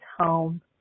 home